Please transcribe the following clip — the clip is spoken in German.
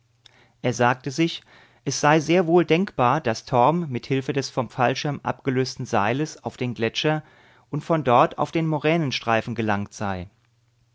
er sagte sich es sei sehr wohl denkbar daß torm mit hilfe des vom fallschirm abgelösten seiles auf den gletscher und von dort auf den moränenstreifen gelangt sei